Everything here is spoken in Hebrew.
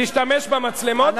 תשתמש במצלמות ותתנצל.